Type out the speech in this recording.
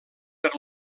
per